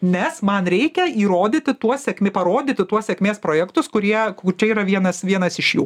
nes man reikia įrodyti tuos parodyti tuos sėkmės projektus kurie čia yra vienas vienas iš jų